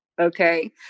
Okay